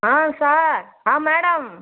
ஆ sir ஆ madam